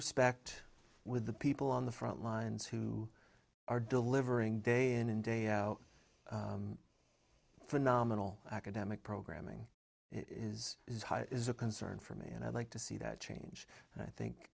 respect with the people on the front lines who are delivering day in and day out phenomenal academic programming is is a concern for me and i'd like to see that change and i think